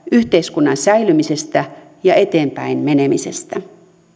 yhteiskunnan säilymisestä ja eteenpäin menemisestä